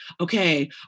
okay